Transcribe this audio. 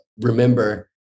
remember